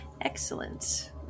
Excellent